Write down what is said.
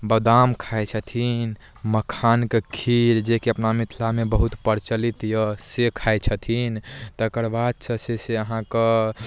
बादाम खाइ छथिन मखानके खीर जेकि अपना मिथिलामे बहुत प्रचलित यए से खाइ छथिन तकर बाद से जे छै से अहाँ के